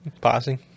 Passing